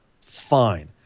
fine